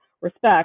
respect